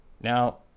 now